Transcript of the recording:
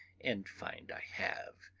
and find i have,